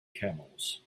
camels